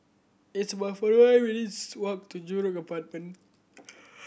it's about forty one minutes' walk to Jurong Apartment